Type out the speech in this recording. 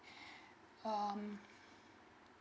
um